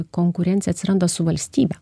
konkurencija atsiranda su valstybe